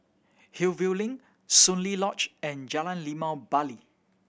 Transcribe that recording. Hillview Link Soon Lee Lodge and Jalan Limau Bali